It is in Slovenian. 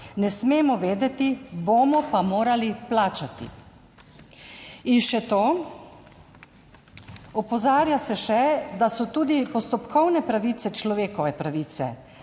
vedeti, bomo pa morali plačati. In še to, opozarja se še, da so tudi postopkovne pravice človekove pravice.